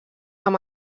amb